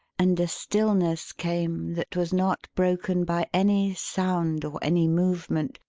and a stillness came that was not broken by any sound or any movement,